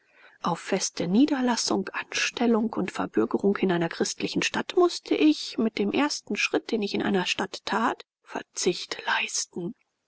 auf feste niederlassung anstellung und verbürgerung in einer christlichen stadt mußte ich mit dem ersten schritt den ich in eine stadt tat verzicht leisten